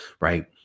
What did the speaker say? Right